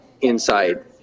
inside